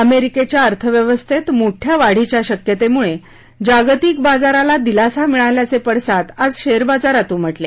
अमे रिकेच्या अर्थव्यवस्थेत मोठ्या वाढीच्या शक्यतेमुळे जागतिक बाजाराला दिलासा मिळाल्याचे पडसाद आज शेअर बाजारात उमटले